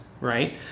right